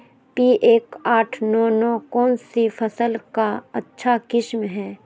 P एक आठ नौ नौ कौन सी फसल का अच्छा किस्म हैं?